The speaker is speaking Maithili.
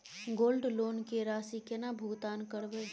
गोल्ड लोन के राशि केना भुगतान करबै?